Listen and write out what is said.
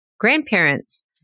Grandparents